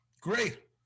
great